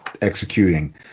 executing